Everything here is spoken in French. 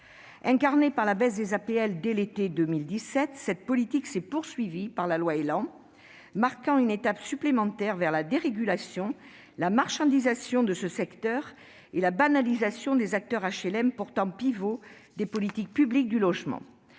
Incarnée par la baisse des APL dès l'été 2017, cette politique s'est poursuivie avec la loi ÉLAN, marquant une étape supplémentaire vers la dérégulation, la marchandisation de ce secteur et la banalisation des acteurs du monde HLM, pourtant pivots des politiques publiques du logement.